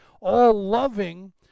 all-loving